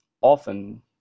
often